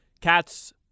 Cats